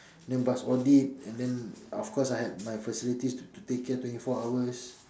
then bus audit and then of course I had my facilities to take care twenty four hours